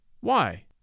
Why